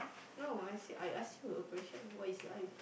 no I said I asked you a question what is life